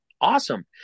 Awesome